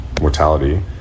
mortality